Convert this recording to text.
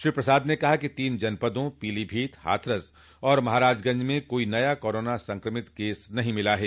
श्री प्रसाद ने कहा कि तीन जनपद पीलीभीत हाथरस और महराजगंज में कोई नया कोरोना संक्रमित केस नहीं मिला है